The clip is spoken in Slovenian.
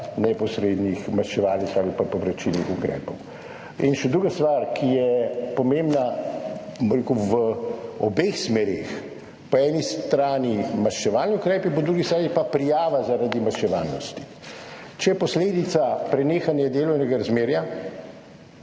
neposrednih maščevalnih ali povračilnih ukrepov. Še druga stvar, ki je pomembna, bom rekel, v obeh smereh, po eni strani maščevalni ukrepi, po drugi strani pa prijava zaradi maščevalnosti. Če je posledica prenehanje delovnega razmerja,